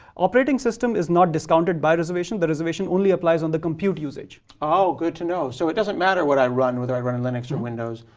operating system is not discounted by reservation. the reservation only applies on the compute usage. oh, good to know. so it doesn't matter what i run whether i run linux or windows,